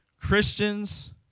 Christians